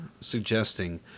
suggesting